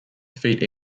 defeat